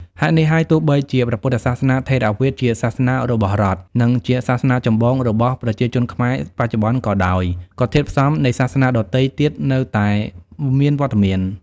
ហេតុនេះបើទោះបីជាព្រះពុទ្ធសាសនាថេរវាទជាសាសនារបស់រដ្ឋ និងជាសាសនាចម្បងរបស់ប្រជាជនខ្មែរបច្ចុប្បន្នក៏ដោយ ក៏ធាតុផ្សំនៃសាសនាដទៃទៀតនៅតែមានវត្តមាន។